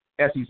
SEC